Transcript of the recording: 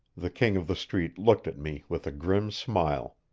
the king of the street looked at me with a grim smile.